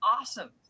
awesome